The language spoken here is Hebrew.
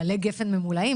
של עלי גפן ממולאים,